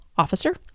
officer